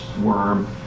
worm